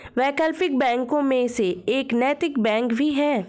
वैकल्पिक बैंकों में से एक नैतिक बैंक भी है